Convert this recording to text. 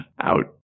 out